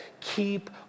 keep